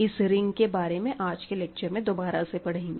इस रिंग के बारे में आज के लेक्चर में दोबारा से पढ़ेंगे